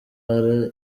yaba